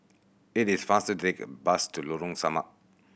it is faster to take the bus to Lorong Samak